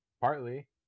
partly